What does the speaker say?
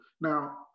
Now